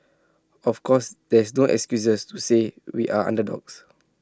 of course there is no excuses to say we are underdogs